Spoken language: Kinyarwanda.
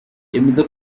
yemeza